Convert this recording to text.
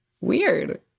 Weird